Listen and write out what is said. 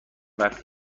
وقت